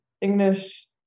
English